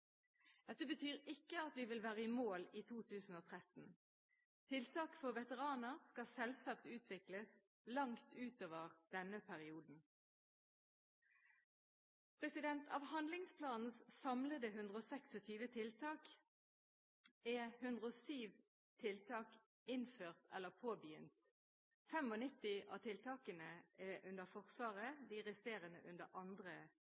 Dette betyr ikke at vi vil være i mål i 2013. Tiltak for veteraner skal selvsagt utvikles langt utover denne perioden. Av handlingsplanens samlede 126 tiltak er 107 tiltak innført eller påbegynt. 95 av tiltakene er under Forsvaret, de resterende under andre